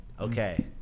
Okay